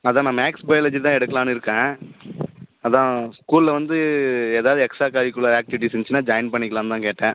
அதுதான் நான் maths biology தான் எடுக்கலான்னு இருக்கேன் அதுதான் ஸ்கூலில் வந்து ஏதாவது எக்ஸ்டா கரிக்குலர் ஆக்டிவிட்டீஸ் இருந்துச்சுனா ஜாயின் பண்ணிகலாம்னு தான் கேட்டேன்